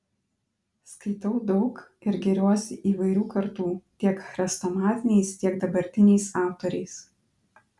skaitau daug ir gėriuosi įvairių kartų tiek chrestomatiniais tiek dabartiniais autoriais